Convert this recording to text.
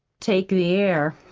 take the air,